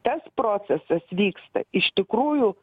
tas procesas vyksta iš tikrųjų